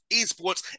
esports